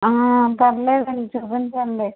పర్లేదండి చూపించండి